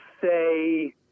say